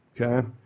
Okay